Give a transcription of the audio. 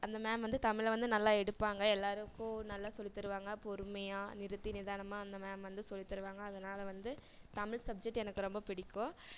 அந்த மேம் வந்து தமிழை வந்து நல்லா எடுப்பாங்க எல்லாேருக்கும் நல்லா சொல்லித் தருவாங்க பொறுமையாக நிறுத்தி நிதானமாக அந்த மேம் வந்து சொல்லித் தருவாங்க அதனால் வந்து தமிழ் சப்ஜெக்ட் எனக்கு ரொம்ப பிடிக்கும்